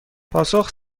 پاسخ